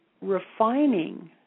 refining